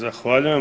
Zahvaljujem.